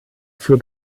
für